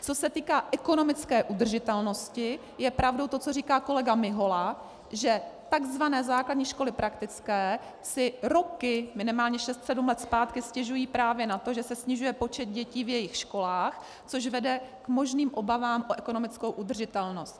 Co se týká ekonomické udržitelnosti, je pravdou to, co říká kolega Mihola, že takzvané základní školy praktické si roky, minimálně šest sedm let zpátky, stěžují právě na to, že se snižuje počet dětí v jejich školách, což vede k možným obavám o ekonomickou udržitelnost.